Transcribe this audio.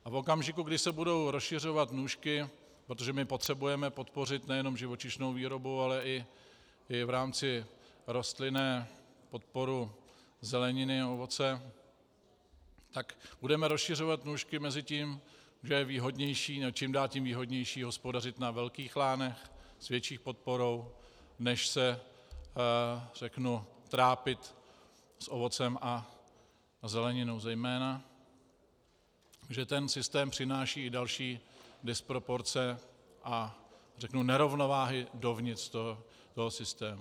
A v okamžiku, kdy se budou rozšiřovat nůžky, protože my potřebujeme podpořit nejenom živočišnou výrobu, ale i v rámci rostlinné podporu zeleniny, ovoce, tak budeme rozšiřovat nůžky mezi tím, že výhodnější a čím dál tím výhodnější hospodařit na velkých lánech s větší podporou, než se trápit s ovocem a zeleninou zejména, že ten systém přináší i další disproporce a nerovnováhy dovnitř toho systému.